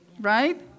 right